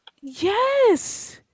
yes